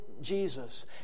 Jesus